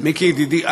מיקי ידידי,